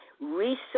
research